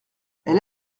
elle